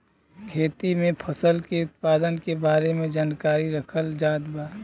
खेती में फसल के उत्पादन के बारे में जानकरी रखल जात बा